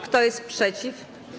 Kto jest przeciw?